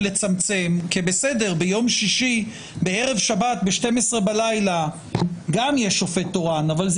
כי ביום בערב שבת בשעה 12:00 בלילה גם יש שופט תורן אבל זה